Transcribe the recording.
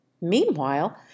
Meanwhile